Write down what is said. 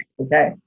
Okay